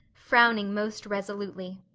frowning most resolutely.